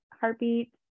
heartbeat